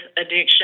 addiction